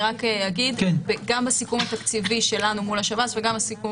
גם בסיכום התקציבי שלנו מול השב"ס וגם בסיכום